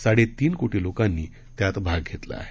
साडे तीन कोटी लोकांनी त्यात भाग घेतला आहे